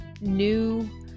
new